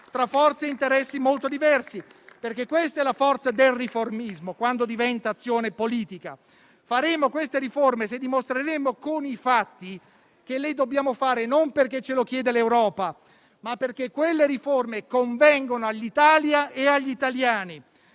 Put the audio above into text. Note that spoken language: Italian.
tra forze e interessi molto diversi. Questa, infatti, è la forza del riformismo quando diventa azione politica. Faremo queste riforme se dimostreremo con i fatti che le dobbiamo fare non perché ce lo chiede l'Europa, ma perché quelle riforme convengono all'Italia e agli italiani.